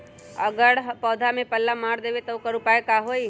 अगर पौधा में पल्ला मार देबे त औकर उपाय का होई?